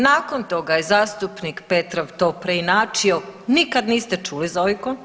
Nakon toga je zastupnik Petrov to preinačio nikad niste čuli za Oikon?